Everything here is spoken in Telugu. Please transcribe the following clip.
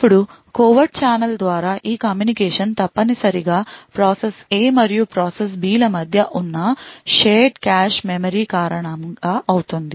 ఇప్పుడు కోవర్ట్ ఛానెల్ ద్వారా ఈ కమ్యూనికేషన్ తప్పనిసరిగా ప్రాసెస్ A మరియు ప్రాసెస్ B ల మధ్య ఉన్న షేర్డ్ కాష్ మెమరీ కారణంగా అవుతుంది